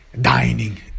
dining